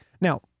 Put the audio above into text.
now